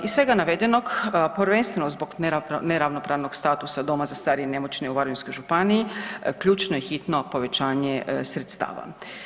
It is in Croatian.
Iz svega navedenog, prvenstveno zbog neravnopravnog statusa Doma za starije i nemoćne u Varaždinskoj županiji ključno je i hitno povećanje sredstava.